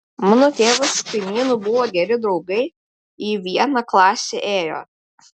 mano tėvas su kaimynu buvo geri draugai į vieną klasę ėjo